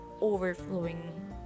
overflowing